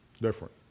Different